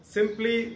Simply